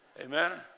Amen